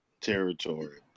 territory